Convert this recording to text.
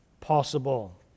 possible